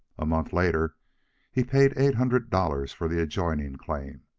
a month later he paid eight hundred dollars for the adjoining claim.